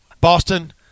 Boston